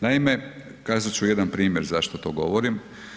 Naime, kazati ću jedan primjer zašto to govorim.